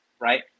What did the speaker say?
right